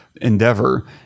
endeavor